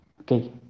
Okay